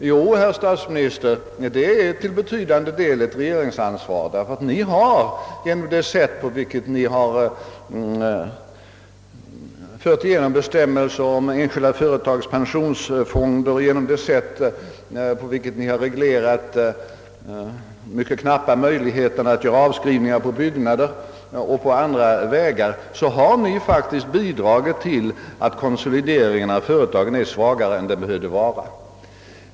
Jo, herr statsminister, detta är till betydande del ett regeringsansvar, bl.a. därför att ni genom det sätt, på vilket ni har genomfört bestämmelser om enskilda företags pensionsfonder och genom det sätt, på vilket ni har reglerat mycket knappa möjligheter att göra avskrivningar på byggnader, faktiskt har bidragit till att likviditeten inom och konsolideringen av företagen är svagare än den behövde vara.